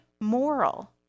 moral